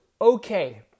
okay